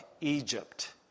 Egypt